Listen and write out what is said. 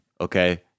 okay